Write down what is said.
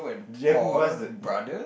then who what's the